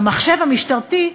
במחשב המשטרתי,